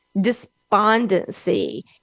despondency